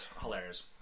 Hilarious